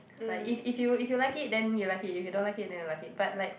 like if if you if you like it then you like it if you don't like it then you don't like it but like